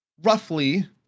roughly